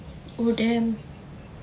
oh damn